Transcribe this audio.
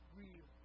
real